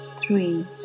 three